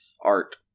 art